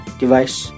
device